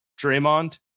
Draymond